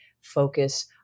focus